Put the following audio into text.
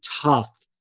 tough